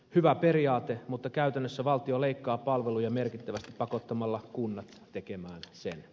hyvä periaate mutta käytännössä valtio leikkaa palveluja merkittävästi pakottamalla kunnat tekemään sen